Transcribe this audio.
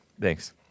Thanks